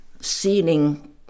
ceiling